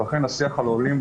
לכן השיח על העולים,